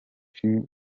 fut